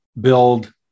build